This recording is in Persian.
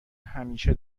همیشه